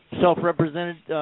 self-represented